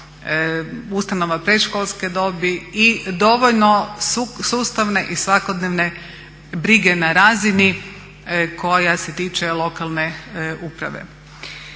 ustanova predškolske dobi i dovoljno sustavne i svakodnevne brige na razini koja se tiče lokalne uprave.